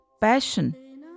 passion